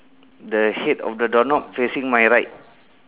the head of the door knob facing my right